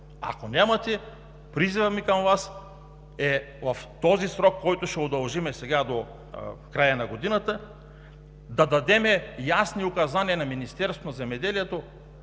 Ако нямате, призивът ми към Вас е в този срок, който ще удължим сега до края на годината, да дадем ясни указания на Министерството на земеделието,